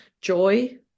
joy